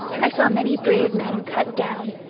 i saw many brave men cut down,